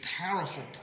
powerful